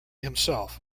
himself